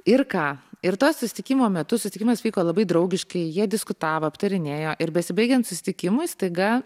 ir ką ir to susitikimo metu susitikimas vyko labai draugiškai jie diskutavo aptarinėjo ir besibaigiant susitikimui staiga